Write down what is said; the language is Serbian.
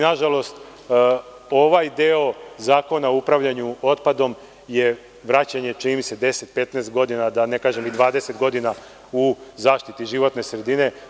Nažalost, ovaj deo Zakona o upravljanju otpadom je vraćanje, čini mi se, 10, 15 godina, da ne kažem i 20 godina u zaštiti životne sredine.